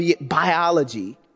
biology